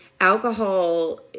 Alcohol